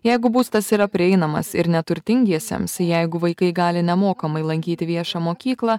jeigu būstas yra prieinamas ir neturtingiesiems jeigu vaikai gali nemokamai lankyti viešą mokyklą